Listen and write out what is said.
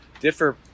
differ